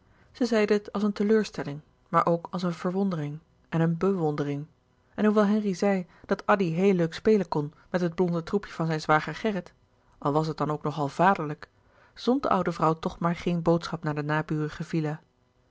zij zeide het als een teleurstelling maar ook als een verwondering en een bewondering en hoewel henri zei dat addy heel leuk spelen kon met het blonde troepje van zijn zwager gerrit al was het dan ook nog al vaderlijk zond de oude vrouw toch maar geen boodschap naar de